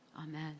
amen